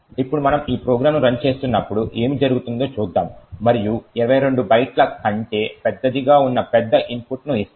ఇప్పుడు మనం ఈ ప్రోగ్రామ్ను రన్ చేస్తున్నప్పుడు ఏమి జరుగుతుందో చూద్దాం మరియు 22 బైట్ల కంటే పెద్దదిగా ఉన్న పెద్ద ఇన్పుట్ను ఇస్తాము